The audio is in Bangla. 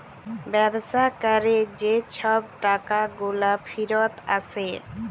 ব্যবসা ক্যরে যে ছব টাকাগুলা ফিরত আসে